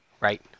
right